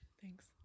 Thanks